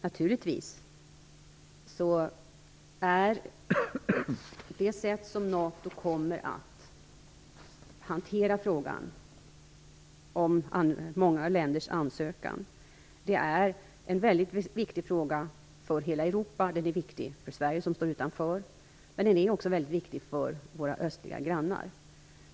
Naturligtvis är det sätt på vilket NATO kommer att hantera frågan om många länders ansökan en väldigt viktig fråga för hela Europa och för Sverige, som står utanför. Men den är också väldigt viktig för våra östliga grannar.